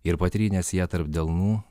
ir patrynęs ją tarp delnų